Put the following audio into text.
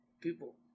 People